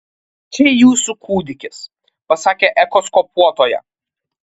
čia jūsų kūdikis pasakė echoskopuotoja